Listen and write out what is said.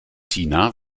tina